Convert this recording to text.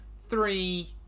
three